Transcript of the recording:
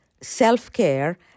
self-care